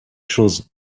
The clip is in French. choses